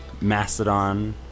Mastodon